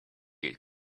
you